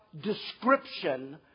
description